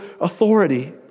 authority